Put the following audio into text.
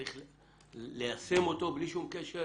צריך ליישם אותו בלי שום קשר,